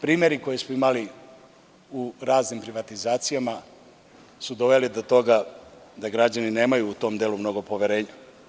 Primeri koje smo imali u raznim privatizacijama su doveli do toga da građani nemaju u tom delu mnogo poverenja.